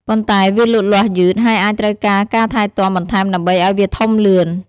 ប៉ុន្តែ វាលូតលាស់យឺត ហើយអាចត្រូវការការថែទាំបន្ថែមដើម្បីឲ្យវាធំលឿន។